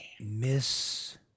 Miss